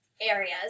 areas